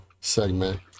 segment